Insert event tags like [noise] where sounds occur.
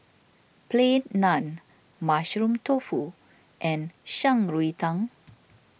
Plain Naan Mushroom Tofu and Shan Rui Tang [noise]